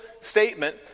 statement